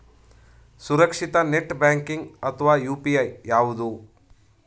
ಸುರಕ್ಷಿತ net banking ಅಥವಾ UPI ಯಾವುದು?